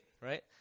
right